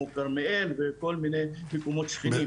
כמו כרמיאל וכל מיני מקומות שכנים.